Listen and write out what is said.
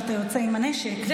ואתה יוצא עם הנשק.